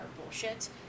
bullshit